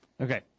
Okay